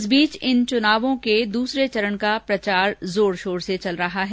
इस बीच इन चुनावों के दूसरे चरण का प्रचार जोर शोर से चल रहा है